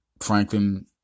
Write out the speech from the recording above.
Franklin